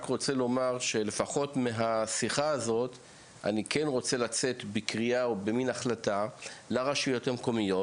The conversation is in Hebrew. לפחות מהשיחה הזאת אני רוצה לצאת בקריאה או בהחלטה לרשויות המקומיות,